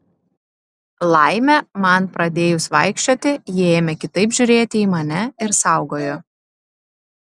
laimė man pradėjus vaikščioti ji ėmė kitaip žiūrėti į mane ir saugojo